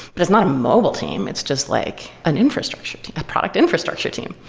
but it's not a mobile team, it's just like an infrastructure, a product infrastructure team.